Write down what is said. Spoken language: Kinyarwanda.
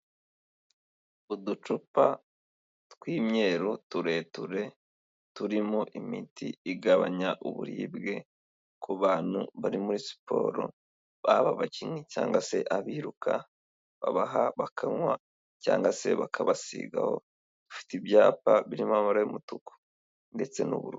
Uducupa tw'imyeru tureture turimo imiti igabanya uburibwe ku bantu bari muri siporo, baba abakinnyi cyangwa se abiruka babaha bakanywa cyangwa se bakabasiga dufite ibyapa birimo amabara y'umutuku ndetse n'uburu.